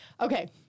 Okay